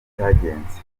cyagenze